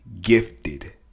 gifted